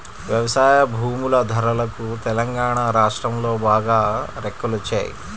వ్యవసాయ భూముల ధరలకు తెలంగాణా రాష్ట్రంలో బాగా రెక్కలొచ్చాయి